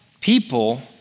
people